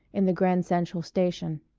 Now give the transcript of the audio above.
in the grand central station.